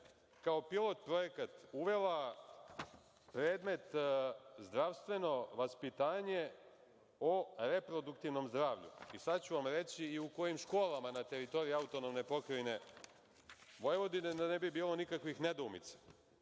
kao pilot projekat, uvela predmet zdravstveno vaspitanje o reproduktivnom zdravlju. Sada ću vam reći i u kojim školama na teritoriji AP Vojvodine, da ne bi bilo nikakvih nedoumica,